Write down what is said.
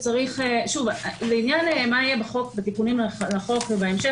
לעניין מה יהיה בתיקונים לחוק ובהמשך